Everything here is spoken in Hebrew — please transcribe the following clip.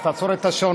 הוא לא אמר את זה.